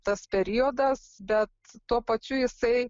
tas periodas bet tuo pačiu jisai